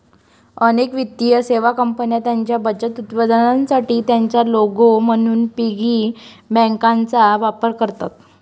अनेक वित्तीय सेवा कंपन्या त्यांच्या बचत उत्पादनांसाठी त्यांचा लोगो म्हणून पिगी बँकांचा वापर करतात